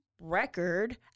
record